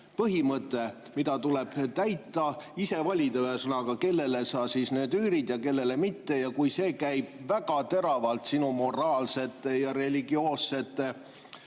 põhimõte, mida tuleb täita. Ise valid, ühesõnaga, kellele sa üürid ja kellele mitte. Kui see käib väga teravalt sinu moraalsete ja religioossete